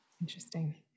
Interesting